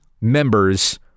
members